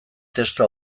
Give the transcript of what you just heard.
testu